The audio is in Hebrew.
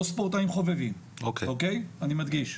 לא ספורטאים חובבים, אני מדגיש.